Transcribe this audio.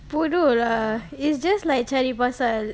bodoh lah it's just like cari pasal